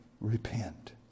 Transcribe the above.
repent